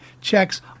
checks